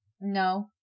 No